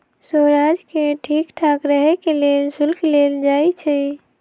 राजस्व के ठीक ठाक रहे के लेल शुल्क लेल जाई छई